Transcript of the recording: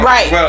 Right